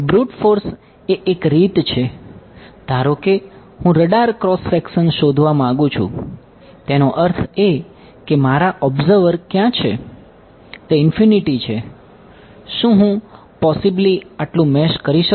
brute force એ એક રીત છે ધારો કે હું રડાર ક્રોસ સેક્શન કરીશ